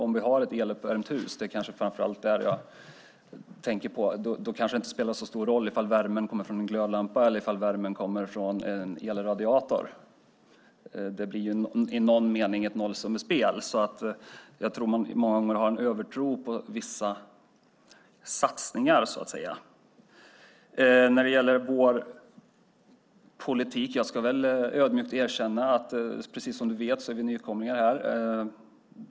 Om vi har ett eluppvärmt hus - det är kanske framför allt det jag tänker på - kanske det inte spelar så stor ifall värmen kommer från en glödlampa eller ifall värmen kommer från en elradiator. Det blir i någon mening ett nollsummespel. Jag tror alltså att man många gånger har en övertro på vissa satsningar, så att säga. När det gäller vår politik ska jag ödmjukt erkänna att vi, precis som du vet, är nykomlingar här.